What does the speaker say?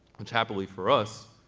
which happily for us,